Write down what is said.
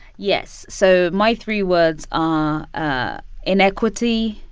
yes, so my three words are ah inequity,